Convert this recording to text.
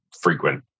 frequent